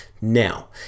now